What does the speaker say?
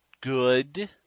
good